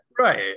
right